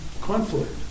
conflict